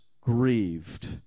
grieved